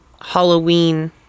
Halloween